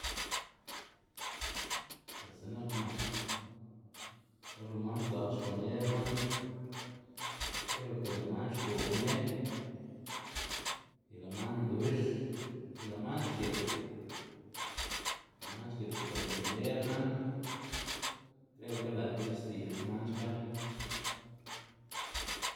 Bos x̱i'k nak mak, or lë' man dza'l xkomier man, kreo ke lë' man xgob me y lë' man ndux y lë' man xgit lë' man xgit man kon xkomier man. Kreo ke lë'kga c̲h̲ixti'dz man xka.